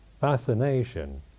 fascination